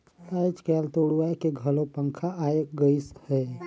आयज कायल तो उड़वाए के घलो पंखा आये गइस हे